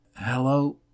Hello